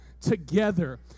together